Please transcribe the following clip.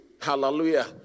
hallelujah